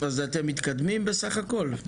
אז אתם מתקדמים בסך הכל?